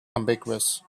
ambiguous